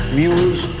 muse